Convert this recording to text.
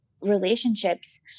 relationships